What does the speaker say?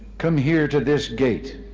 come here to this gate.